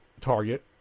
Target